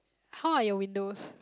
how are your windows